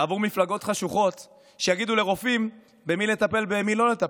עבור מפלגות חשוכות שיגידו לרופאים במי לטפל ובמי לא לטפל,